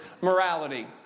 morality